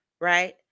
Right